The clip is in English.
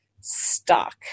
stock